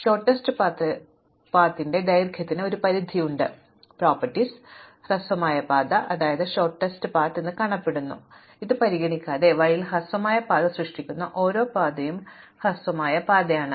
അതിനാൽ ഹ്രസ്വമായ പാതയുടെ ദൈർഘ്യത്തിന് ഒരു പരിധിയുണ്ട് മറ്റ് സ്വത്ത് ഹ്രസ്വമായ പാത എങ്ങനെ കാണപ്പെടുന്നു എന്നത് പരിഗണിക്കാതെ തന്നെ വഴിയിൽ ഹ്രസ്വമായ പാത സൃഷ്ടിക്കുന്ന ഓരോ പാതയും ഹ്രസ്വമായ പാതയാണ്